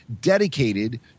dedicated